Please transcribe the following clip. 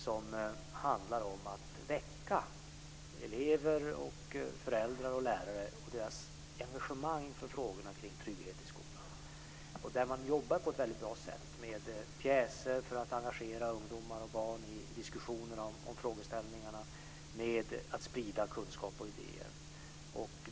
Det handlar om att väcka elevers, föräldrars och lärares engagemang i frågorna om trygghet i skolan. Man jobbar på ett mycket bra sätt med pjäser för att engagera ungdomar och barn i diskussioner om frågeställningarna och med att sprida kunskaper och idéer.